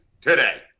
today